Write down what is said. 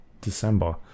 December